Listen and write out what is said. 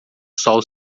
sol